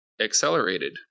accelerated